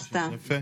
אחמד טיבי,